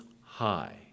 high